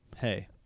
Hey